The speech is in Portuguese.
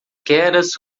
keras